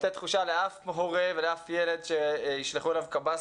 לתת תחושה לאף הורה ולאף ילד שישלחו אליו קב"ס